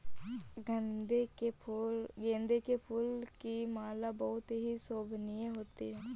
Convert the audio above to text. गेंदे के फूल की माला बहुत ही शोभनीय होती है